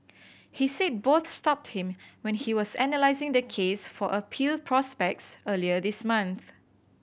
he said both stopped him when he was analysing their case for appeal prospects earlier this month